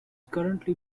currently